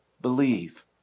believe